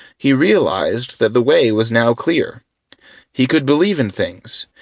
he realized that the way was now clear he could believe in things,